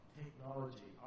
technology